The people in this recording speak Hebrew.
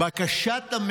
זה לא נגד עצמו.